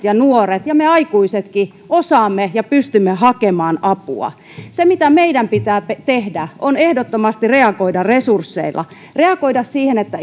ja nuoret ja me aikuisetkin osaamme ja pystymme hakemaan apua se mitä meidän pitää tehdä on ehdottomasti reagoida resursseilla reagoida siihen että